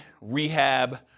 rehab